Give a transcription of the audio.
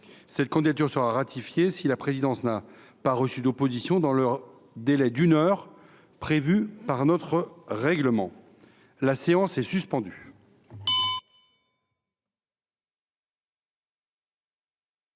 Cette candidature sera ratifiée si la présidence n’a pas reçu d’opposition dans le délai d’une heure prévu par notre règlement. Mes chers collègues,